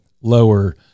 lower